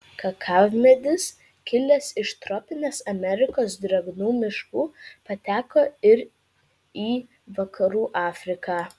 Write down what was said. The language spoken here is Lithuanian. kakavmedis kilęs iš tropinės amerikos drėgnų miškų pateko ir į vakarų afriką